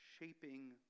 shaping